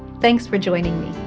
thanks for joining me.